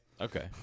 Okay